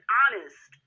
honest